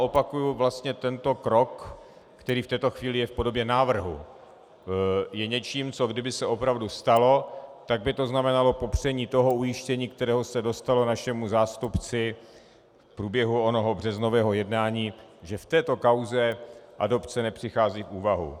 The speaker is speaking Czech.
Opakuji, vlastně tento krok, který v této chvíli je v podobě návrhu, je něčím, co kdyby se opravdu stalo, tak by to znamenalo popření ujištění, kterého se dostalo našemu zástupci v průběhu onoho březnového jednání, že v této kauze adopce nepřichází v úvahu.